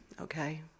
okay